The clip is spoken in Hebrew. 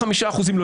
לכנסת ולממשלה.